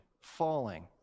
falling